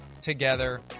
together